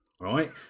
right